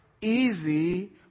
easy